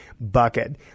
bucket